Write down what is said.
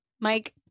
Mike